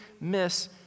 miss